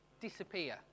disappear